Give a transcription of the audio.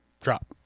drop